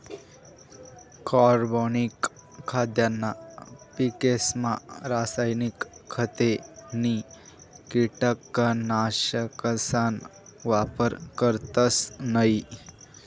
कार्बनिक खाद्यना पिकेसमा रासायनिक खते नी कीटकनाशकसना वापर करतस नयी